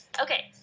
Okay